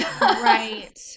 Right